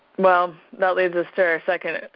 well, that leads us to our second,